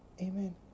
amen